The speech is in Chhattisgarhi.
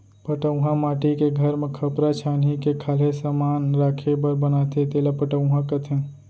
पटउहॉं माटी के घर म खपरा छानही के खाल्हे समान राखे बर बनाथे तेला पटउहॉं कथें